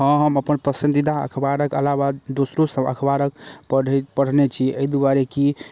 हँ हम अपन पसन्दीदा अखबारक अलावा दोसरो सब अखबारके पढ़ै पढ़ने छी अइ दुआरे कि